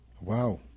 Wow